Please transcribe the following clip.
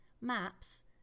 maps